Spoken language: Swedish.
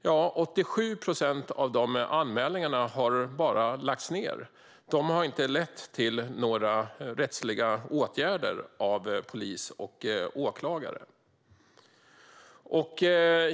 Ja, 87 procent av anmälningarna har bara lagts ned. De har inte lett till några åtgärder av polis och åklagare.